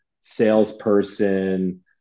salesperson